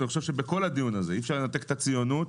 בכל הדיון הזה אי אפשר לנתק את הציונות.